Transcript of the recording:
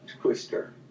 twister